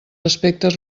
aspectes